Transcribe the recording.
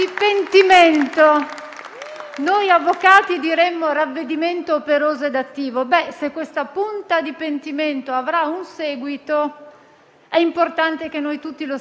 è importante che noi tutti lo si sappia da subito perché credo che l'Italia sia veramente allo stremo e non ne possa più di questi teatrini.